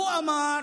הוא אמר